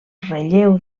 relleu